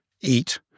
eat